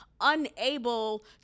unable